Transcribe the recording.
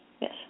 Yes